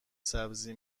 سبزی